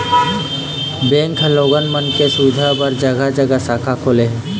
bank ह लोगन मन के सुबिधा बर जघा जघा शाखा खोले हे